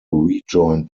rejoin